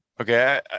Okay